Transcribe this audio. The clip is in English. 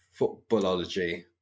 Footballology